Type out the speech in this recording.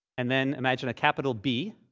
and then imagine a capital b,